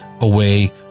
away